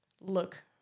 look